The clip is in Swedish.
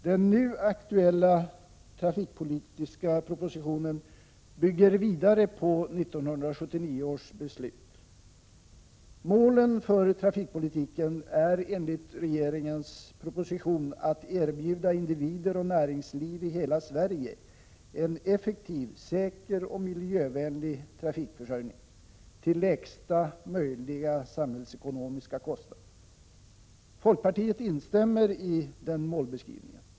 Den nu aktuella trafikpolitiska propositionen bygger vidare på 1979 års beslut. Målen för trafikpolitiken är enligt regeringens proposition att erbjuda individer och näringsliv i hela Sverige en effektiv, säker och miljövänlig trafikförsörjning, till lägsta möjliga samhällsekonomiska kostnad. Folkpartiet instämmer i denna målbeskrivning.